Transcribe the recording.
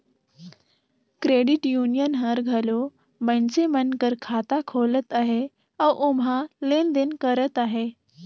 credit union हर घलो मइनसे मन कर खाता खोलत अहे अउ ओम्हां लेन देन करत अहे